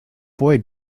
boy